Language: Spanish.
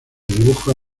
dibujos